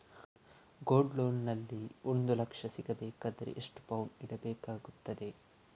Gold loan ನಲ್ಲಿ ಒಂದು ಲಕ್ಷ ಸಿಗಬೇಕಾದರೆ ಎಷ್ಟು ಪೌನು ಇಡಬೇಕಾಗುತ್ತದೆ?